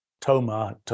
toma